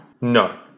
No